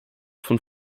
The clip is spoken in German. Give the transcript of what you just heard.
von